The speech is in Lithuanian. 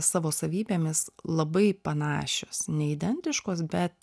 savo savybėmis labai panašios ne identiškos bet